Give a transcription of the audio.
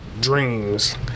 dreams